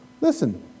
Listen